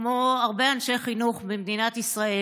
כמו הרבה אנשי חינוך במדינת ישראל,